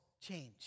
change